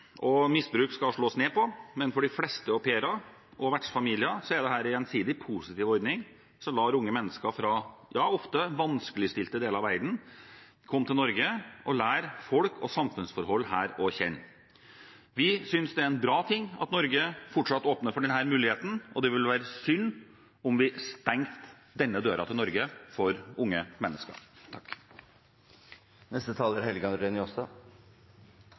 Misbruk skal slås ned på. Men for de fleste au pairer og vertsfamilier er dette en gjensidig positiv ordning, som lar unge mennesker fra ofte vanskeligstilte deler av verden komme til Norge og lære folk og samfunnsforhold her å kjenne. Vi synes det er bra at Norge fortsatt åpner for denne muligheten, og det vil være synd om vi stengte denne døren til Norge for unge mennesker. Framstegspartiet meiner at intensjonane i aupairordninga om språkopplæring og kulturutveksling gjennom arbeid og deltaking i ein familie er